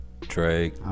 Drake